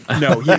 no